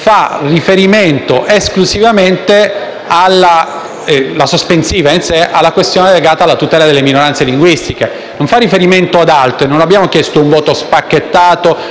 Grazie